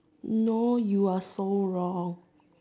no you are so wrong